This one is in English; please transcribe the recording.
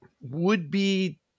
would-be